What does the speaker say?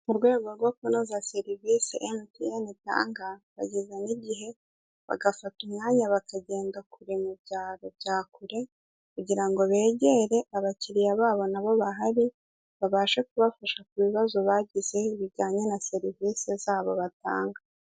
Mu rwego rwo kunoza serivise emutiyene itanga, bageza n'igihe bagafata umwanya bakagenda kure mu byaro bya kure kugira ngo begere abakiliya babo nabo bahari kugira ngo babashe kubafasha ku bibazo bagize bijyanye na serivise zabo batanga.